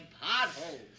potholes